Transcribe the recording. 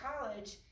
college